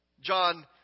john